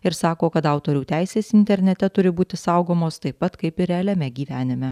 ir sako kad autorių teisės internete turi būti saugomos taip pat kaip ir realiame gyvenime